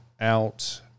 out